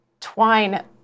twine